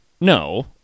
No